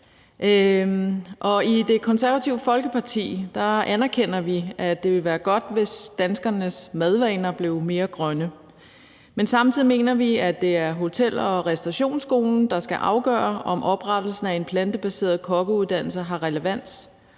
I Det Konservative Folkeparti anerkender vi, at det vil være godt, hvis danskernes madvaner blev mere grønne. Men samtidig mener vi, at det er hotel- og restaurationsskolen, der skal afgøre, om oprettelsen af en plantebaseret kokkeuddannelse har relevans,